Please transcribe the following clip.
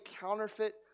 counterfeit